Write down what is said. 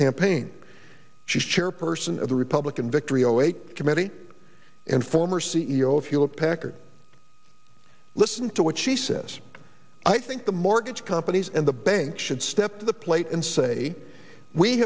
campaign she's chairperson of the republican victory zero eight committee and former c e o of hewlett packard listen to what she says i think the mortgage companies and the banks should step to the plate and say we